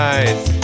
Nice